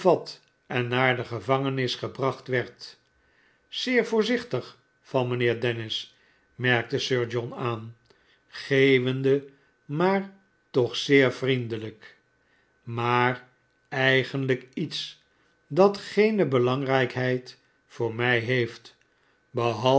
en naar de gevangenis gebracht werd zeer voorzichtig van mijnheer dennis merkte sir john aan geeuwende maar toch zeer vriendelijk smaar eigenlijk iets dat geene belangrijkheid voor mij heeft behalve